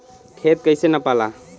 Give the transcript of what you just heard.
खेत कैसे नपाला?